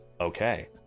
Okay